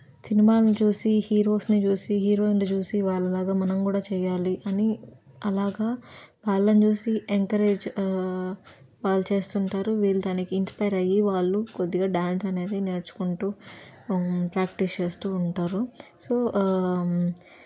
సినిమాలను చూసి హీరోస్ని చూసి హీరోయిన్లు చూసి వాళ్ళలాగా మనం కూడా చెయ్యాలి అని అలాగ వాళ్ళని చూసి ఎంకరేజ్ వాళ్ళు చేస్తుంటారు వీళ్ళు దానికి ఇన్స్పైర్ అయ్యి వాళ్ళు కొద్దిగా డాన్స్ అనేది నేర్చుకుంటూ ప్రాక్టీస్ చేస్తూ ఉంటారు సో